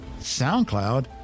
SoundCloud